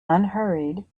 unhurried